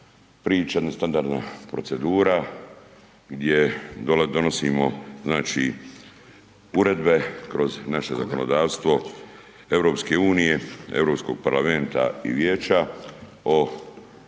priča, jedna standardna procedura gdje donosimo uredbe kroz naše zakonodavstvo EU-a, Europskog parlamenta i Vijeća o